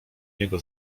jego